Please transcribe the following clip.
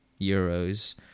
euros